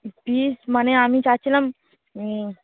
piece মানে আমি চাচ্ছিলাম